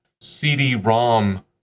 cd-rom